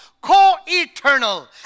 co-eternal